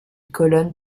colonne